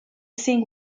sing